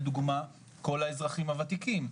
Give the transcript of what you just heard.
לדוגמה כל האזרחים הוותיקים,